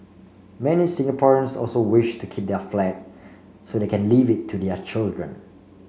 many Singaporeans also wish to keep their flat so they can leave it to their children